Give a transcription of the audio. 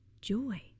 joy